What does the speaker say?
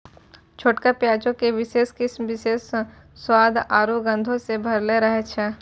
छोटका प्याजो के विशेष किस्म विशेष स्वाद आरु गंधो से भरलो रहै छै